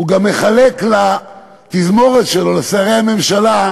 הוא גם מחלק לתזמורת שלו, לשרי הממשלה,